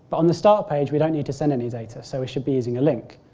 on the start page, we don't need to send any data so we should be using a link.